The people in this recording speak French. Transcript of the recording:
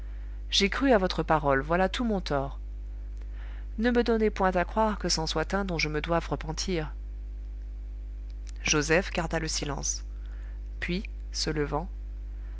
j'ai cru à votre parole voilà tout mon tort ne me donnez point à croire que c'en soit un dont je me doive repentir joseph garda le silence puis se levant